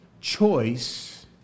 choice